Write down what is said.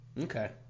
Okay